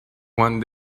one